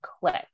click